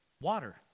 water